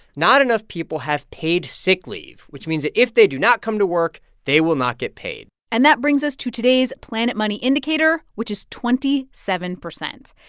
not enough people have paid sick leave, which means that if they do not come to work, they will not get paid and that brings us to today's planet money indicator, which is twenty seven percent